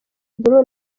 blue